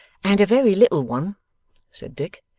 and a very little one said dick.